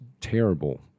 terrible